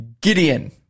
Gideon